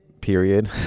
period